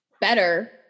better